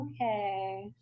okay